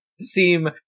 seem